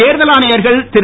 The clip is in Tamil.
தேர்தல் ஆணையர்கள் திரு